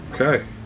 Okay